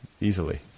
easily